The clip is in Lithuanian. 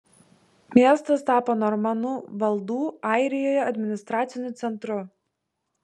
miestas tapo normanų valdų airijoje administraciniu centru